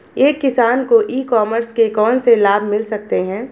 एक किसान को ई कॉमर्स के कौनसे लाभ मिल सकते हैं?